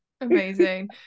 amazing